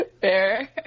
Fair